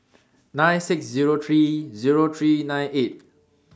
nine six Zero three Zero three nine eight